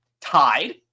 tied